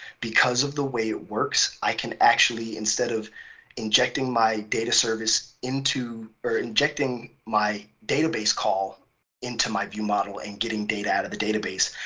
because of the way it works, i can actually, instead of injecting my data service into or injecting my database call into my viewmodel and getting data out of the database,